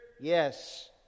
Yes